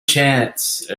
chance